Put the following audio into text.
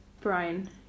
Brian